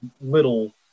little